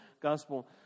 gospel